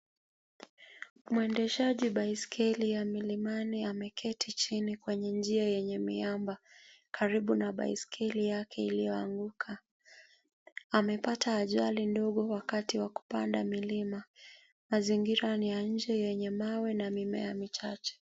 Mwendeshaji baiskeli ya milimani ameketi chini kwenye njia yenye miamba karibu na baiskeli yake iliyoanguka. Amepata ajali ndogo wakati wa kupanda milima. Mazingira ni ya nje yenye mawe na mimea michache.